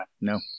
No